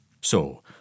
So